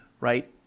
right